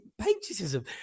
patriotism